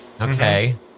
Okay